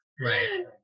right